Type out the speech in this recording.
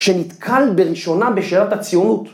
‫שנתקל בראשונה בשאלת הציונות.